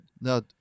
No